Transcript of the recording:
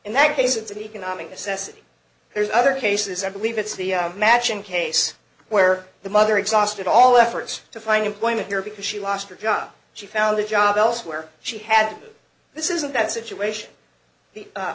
in that case it's an economic necessity there's other cases i believe it's the matching case where the mother exhausted all efforts to find employment there because she lost her job she found a job elsewhere she had this isn't that situation